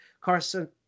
Carson